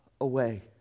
away